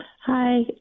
Hi